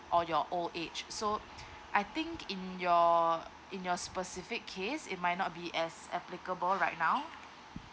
or you're old age so I think in your in your specific case it might not be as applicable right now